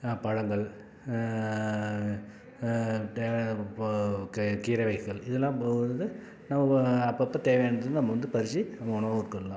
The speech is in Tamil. பழங்கள் தேவையான போ கி கீர வகைகள் இதெல்லாம் போடுறது நம்ம அப்போ அப்போ தேவையானது நம்ம வந்து பறித்து நம்ம உணவு உட்கொள்ளலாம்